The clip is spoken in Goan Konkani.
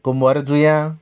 कुंबरजुयां